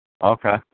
Okay